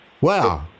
Wow